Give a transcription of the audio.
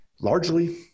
Largely